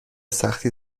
سختی